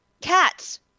cats